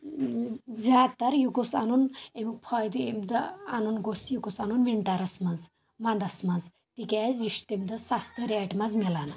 زیادٕ تر یہِ گوٚژھ انن امیُک فٲیِدٕ یمہِ دۄہ انن گوٚژھ یہِ یہِ گوٚژھ انُن ونٹرس منٛز ونٛدس منٛز تِکیاز یہِ چھُ تمہِ دۄہ سستہٕ ریٹہِ منٛز مِلان